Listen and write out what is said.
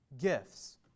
gifts